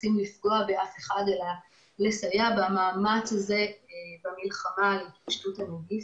מחפשים לפגוע באף אחד אלא רק לסייע במאמץ הזה במלחמה בהתפשטות הנגיף.